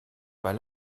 pas